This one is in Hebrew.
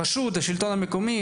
הרשות, השלטון המקומי?